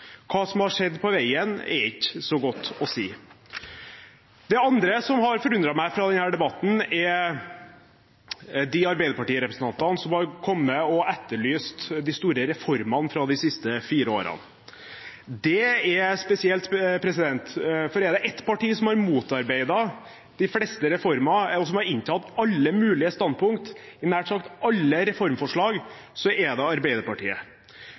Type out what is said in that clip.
Hva som har skjedd på veien, er ikke så godt å si. Det andre som har forundret meg i denne debatten, er de Arbeiderparti-representantene som har etterlyst de store reformene fra de siste fire årene. Det er spesielt, for er det ett parti som har motarbeidet de fleste reformer, og som har inntatt alle mulige standpunkt i nær sagt alle reformforslag, så er det Arbeiderpartiet.